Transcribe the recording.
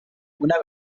una